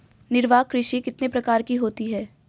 निर्वाह कृषि कितने प्रकार की होती हैं?